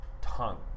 tongue